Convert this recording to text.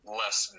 less